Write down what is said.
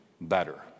better